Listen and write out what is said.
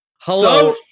Hello